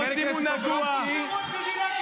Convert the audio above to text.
כל המדינה אתם הורסים.